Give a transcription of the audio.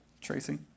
Tracy